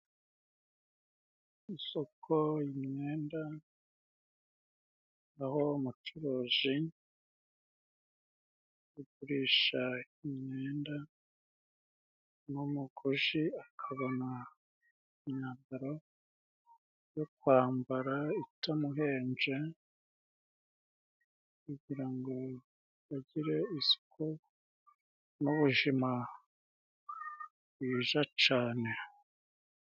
Isoko, imyenda aho umucuruzi ari kugurisha imyenda, n'umuguzi akabona imyambaro yo kwambara itamuhenze, kugira ngo agire isuku n'ubuzima bwiza cyane.